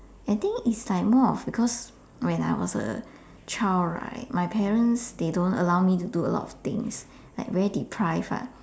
I think is like more of because when I was a child right my they parents they don't allow me to do a lot of things like very deprived lah